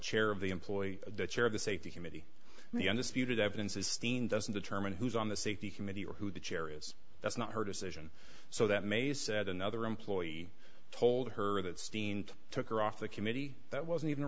chair of the employee of the chair of the safety committee and the undisputed evidence is seen doesn't determine who's on the safety committee or who the chair is that's not her decision so that may set another employee told her that steen took her off the committee that wasn't even